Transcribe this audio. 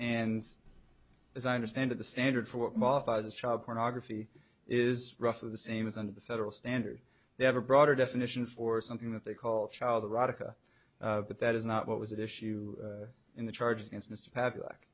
and as i understand it the standard for what modifies the child pornography is roughly the same as under the federal standard they have a broader definition for something that they call child erotica but that is not what was issue in the charges against mr paddock